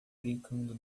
brincando